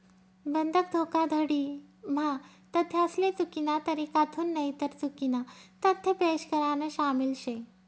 बंधक धोखाधडी म्हा तथ्यासले चुकीना तरीकाथून नईतर चुकीना तथ्य पेश करान शामिल शे